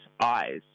eyes